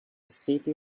city